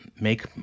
make